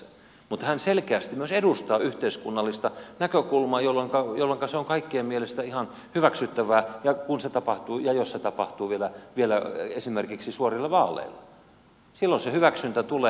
mutta hän selkeästi myös edustaa yhteiskunnallista näkökulmaa jolloinka se on kaikkien mielestä ihan hyväksyttävää ja jos se valinta vielä tapahtuu esimerkiksi suorilla vaaleilla silloin se hyväksyntä tulee